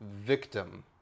victim